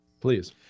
Please